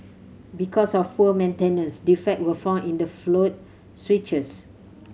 because of poor maintenance defect were found in the float switches